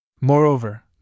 Moreover